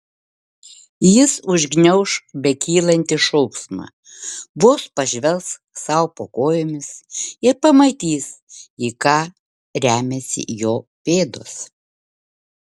jis užgniauš bekylantį šauksmą vos pažvelgs sau po kojomis ir pamatys į ką remiasi jo pėdos